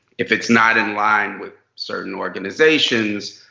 if it's not in line with certain organizations,